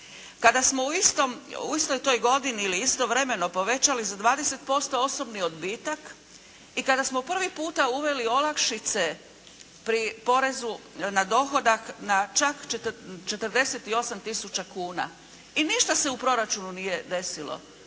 Kada smo u istoj toj godini ili istovremeno povećali za 20% osobni odbitak i kada smo prvi puta uveli olakšice pri porezu na dohodak na čak 48000 kuna i ništa se u proračunu nije desilo.